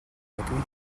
бодно